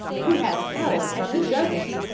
who has power, and who doesn't?